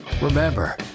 Remember